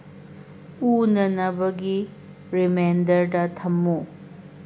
ꯎꯅꯅꯕꯒꯤ ꯔꯦꯃꯦꯟꯗꯔꯗ ꯊꯝꯃꯨ